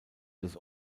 des